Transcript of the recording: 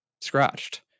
scratched